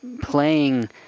playing